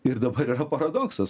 ir dabar yra paradoksas